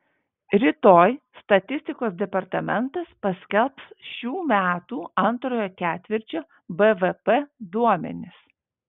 rytoj statistikos departamentas paskelbs šių metų antrojo ketvirčio bvp duomenis